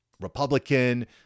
Republican